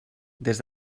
des